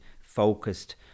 focused